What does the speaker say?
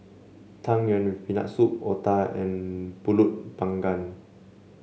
Tang Yuen with Peanut Soup Otah and pulut Panggang